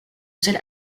celle